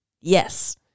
Yes